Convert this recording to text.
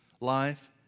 life